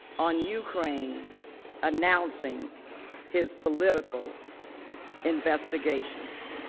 on ukraine announcing his political investigations.